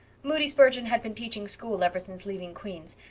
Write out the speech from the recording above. moody spurgeon had been teaching school ever since leaving queen's,